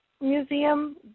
Museum